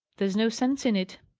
there's no sense in it.